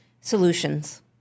solutions